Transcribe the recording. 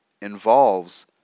involves